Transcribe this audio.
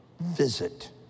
visit